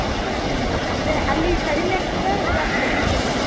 ಹಾಂ ಅಂದರೆ ಅಲ್ಲಿ ಕಡಿಮೆ ಆಗ್ತದಾ ಜಾಸ್ತಿ ಆಗ್ತದಾ ಬೆಲೆ